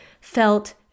felt